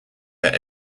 their